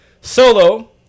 solo